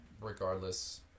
regardless